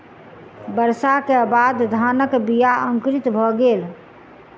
वर्षा के बाद धानक बीया अंकुरित भअ गेल